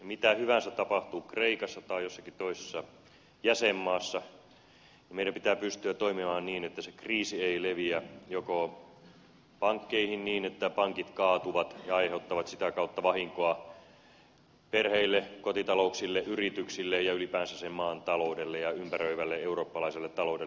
mitä hyvänsä tapahtuu kreikassa tai jossakin toisessa jäsenmaassa meidän pitää pystyä toimimaan niin että se kriisi ei leviä joko pankkeihin niin että pankit kaatuvat ja aiheuttavat sitä kautta vahinkoa perheille kotitalouksille yrityksille ja ylipäänsä sen maan taloudelle ja ympäröivälle eurooppalaiselle taloudelle